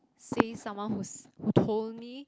say someone who's who told me